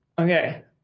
Okay